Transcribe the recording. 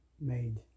made